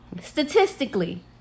statistically